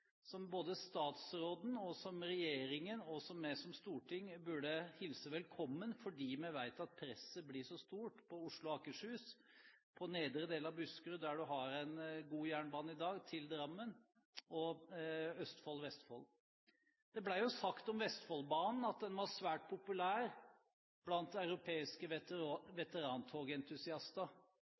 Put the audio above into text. utvikling både statsråden, regjeringen og vi som storting burde hilse velkommen, fordi vi vet at presset blir så stort på Oslo og Akershus, på nedre delen av Buskerud, der du har en god jernbane i dag til Drammen og Østfold, Vestfold. Det ble sagt om Vestfoldbanen at den var svært populær blant europeiske veterantogentusiaster.